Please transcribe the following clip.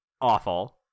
Awful